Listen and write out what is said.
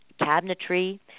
cabinetry